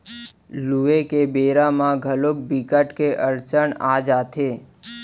लूए के बेरा म घलोक बिकट के अड़चन आ जाथे